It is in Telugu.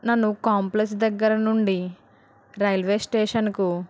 నన్ను కాంప్లెక్స్ దగ్గర నుండి రైల్వే స్టేషన్కు